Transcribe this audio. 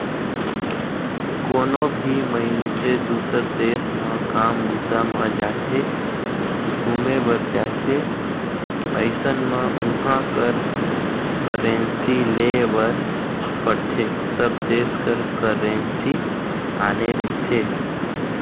कोनो भी मइनसे दुसर देस म काम बूता म जाथे, घुमे बर जाथे अइसन म उहाँ कर करेंसी लेय बर पड़थे सब देस कर करेंसी आने रहिथे